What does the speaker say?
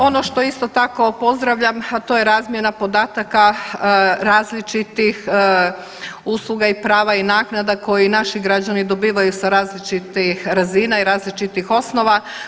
Ono što isto tako pozdravljam, a to je razmjena podataka različitih usluga i prava i naknada koji naši građani dobivaju sa različitih razina i različitih osnova.